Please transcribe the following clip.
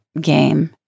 game